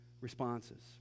responses